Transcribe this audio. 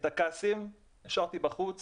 את הכעסים השארתי בחוץ